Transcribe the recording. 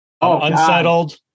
Unsettled